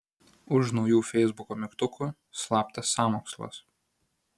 už naujų feisbuko mygtukų slaptas sąmokslas